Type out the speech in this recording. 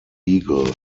eagle